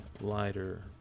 lighter